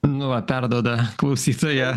nu va perduoda klausytoja